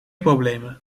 problemen